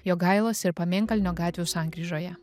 jogailos ir pamėnkalnio gatvių sankryžoje